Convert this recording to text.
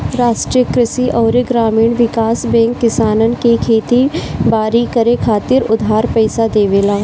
राष्ट्रीय कृषि अउरी ग्रामीण विकास बैंक किसानन के खेती बारी करे खातिर उधार पईसा देवेला